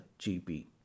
GP